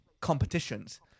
competitions